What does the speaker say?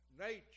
nature